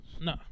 No